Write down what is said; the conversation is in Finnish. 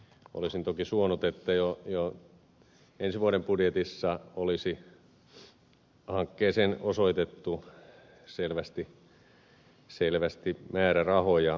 olisin toki suonut että jo ensi vuoden budjetissa olisi hankkeeseen osoitettu selvästi määrärahoja